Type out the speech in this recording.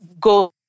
go